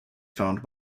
found